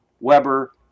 Weber